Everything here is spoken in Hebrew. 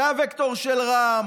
זה הווקטור של רע"מ,